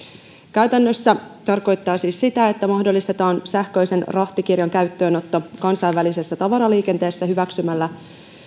käytännössä tämä tarkoittaa siis sitä että mahdollistetaan sähköisen rahtikirjan käyttöönotto kansainvälisessä tavaraliikenteessä hyväksymällä